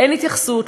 אין התייחסות,